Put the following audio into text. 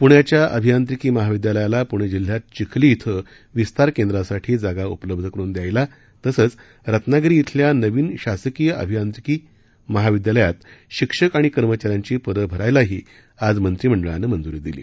पुण्याच्या अभियांत्रिकी महाविद्यालायाला पुणे जिल्ह्यात चिखली क्रि विस्तार केंद्रासाठी जागा उपलब्ध करुन द्यायला तसंच रत्नागिरी ब्रिल्या नवीन शासकीय अभियांत्रिकी महाविद्यालयात शिक्षक आणि कर्मचाऱ्यांची पदं भरायलाही आज मंत्रिमंडळानं मंजूरी दिली